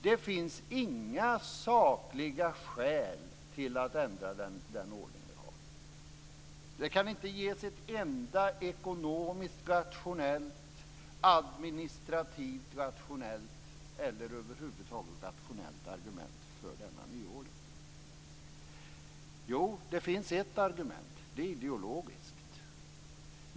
Det finns inga sakliga skäl till att ändra den ordning som vi har. Det kan inte ges ett enda ekonomisk-rationellt, administrativrationellt eller över huvud taget rationellt argument för denna nyordning. Jo, det finns ett argument: ideologiskt.